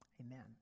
Amen